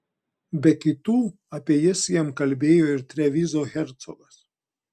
be kitų apie jas jam kalbėjo ir trevizo hercogas